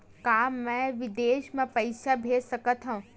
का मैं विदेश म पईसा भेज सकत हव?